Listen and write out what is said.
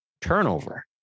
turnover